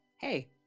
hey